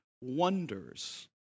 wonders